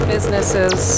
Businesses